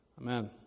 amen